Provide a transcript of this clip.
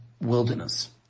wilderness